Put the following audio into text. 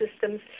systems